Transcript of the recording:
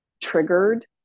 triggered